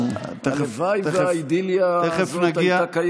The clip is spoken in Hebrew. הלוואי והאידיליה הזאת הייתה קיימת,